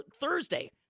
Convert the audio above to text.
Thursday